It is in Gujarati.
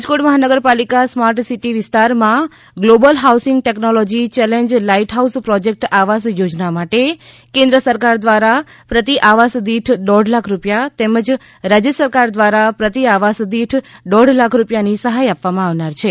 રાજકોટ મહાનગરપાલિકા સ્માર્ટસીટી વિસ્તારમાં global housing technology challenge light house project આવાસ યોજના માટે કેન્દ્ર સરકાર દ્વારા પ્રતિ આવાસ દીઠ દોઢ લાખ રૂપિયા તેમજ રાજ્ય સરકાર દ્વારા પ્રતિ આવાસ દીઠ દોઢ લાખ રૂપિયાની સહાય આપવામાં આવનાર છે